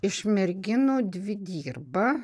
iš merginų dvi dirba